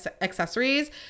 accessories